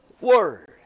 word